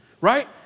right